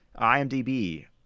IMDb